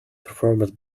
performed